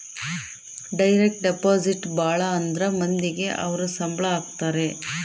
direct deposit ಭಾಳ ಅಂದ್ರ ಮಂದಿಗೆ ಅವ್ರ ಸಂಬ್ಳ ಹಾಕತರೆ